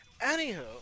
Anywho